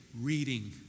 reading